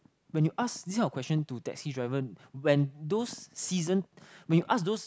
when you ask this kind of question to taxi driver when those season when you ask those